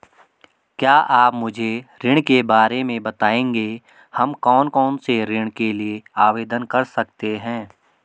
क्या आप मुझे ऋण के बारे में बताएँगे हम कौन कौनसे ऋण के लिए आवेदन कर सकते हैं?